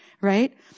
Right